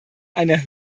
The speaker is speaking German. einer